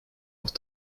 off